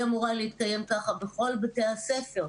היא אמורה להתקיים ככה בכל בתי הספר,